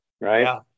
Right